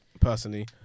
personally